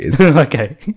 Okay